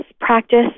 practice